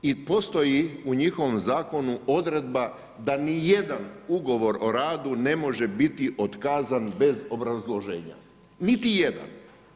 I postoji u njihovom zakonu odredba da ni jedan ugovor o radu ne može biti otkazan bez obrazloženja, niti jedan.